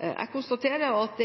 Jeg konstaterer at